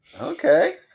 Okay